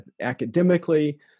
academically